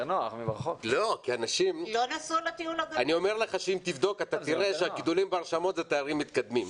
אני אומר לך שאם תבדוק אתה תראה שהגידולים בהרשמות זה תארים מתקדמים.